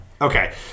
Okay